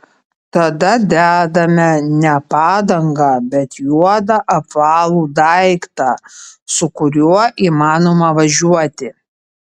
tada dedame ne padangą bet juodą apvalų daiktą su kuriuo įmanoma važiuoti